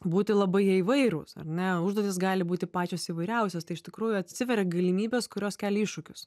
būti labai jie įvairūs ar ne užduotys gali būti pačios įvairiausios tai iš tikrųjų atsiveria galimybės kurios kelia iššūkius